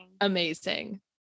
Amazing